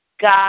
God